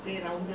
ஆமா:aamaa